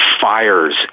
fires